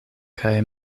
kaj